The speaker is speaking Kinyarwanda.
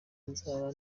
nzaba